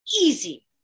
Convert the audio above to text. easy